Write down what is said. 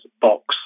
box